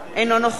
אינו נוכח